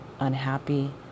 unhappy